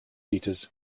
eaters